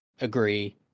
agree